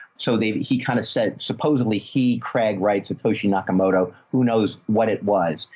so they, he kind of said, supposedly he, craig writes a toshi nakamoto who knows what it was,